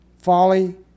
Folly